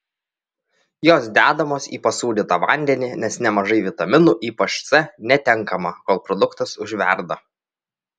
jos dedamos į pasūdytą vandenį nes nemažai vitaminų ypač c netenkama kol produktas užverda